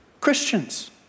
Christians